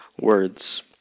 words